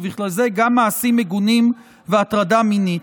ובכלל זה על מעשים מגונים והטרדה מינית.